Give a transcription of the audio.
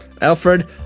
Alfred